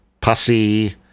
pussy